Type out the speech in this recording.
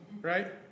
right